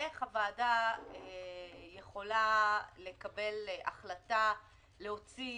איך הוועדה יכולה לקבל החלטה להוציא